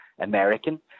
American